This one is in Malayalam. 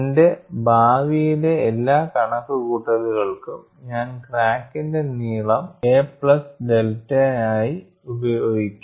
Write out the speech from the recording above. എന്റെ ഭാവിയിലെ എല്ലാ കണക്കുകൂട്ടലുകൾക്കും ഞാൻ ക്രാക്കിന്റെ നീളം എ പ്ലസ് ഡെൽറ്റയായി ഉപയോഗിക്കും